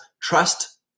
trust